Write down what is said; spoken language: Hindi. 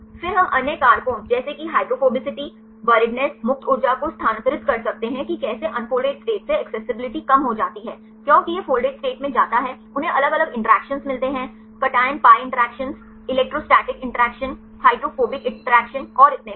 फिर हम अन्य कारकों जैसे कि हाइड्रोफोबिसिटी बरीदनेस मुक्त ऊर्जा को स्थानांतरित कर सकते हैं कि कैसे अनफोल्डेड स्टेट से एक्सेसिबिलिटी कम हो जाती है क्योंकि यह फोल्डेड स्टेट में जाता है उन्हें अलग अलग इंटरैक्शन कैसे मिलते हैं cation pi interaction electrostatic interaction hydrophobic interaction और इतने पर